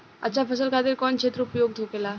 अच्छा फसल खातिर कौन क्षेत्र उपयुक्त होखेला?